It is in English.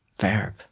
verb